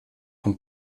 vom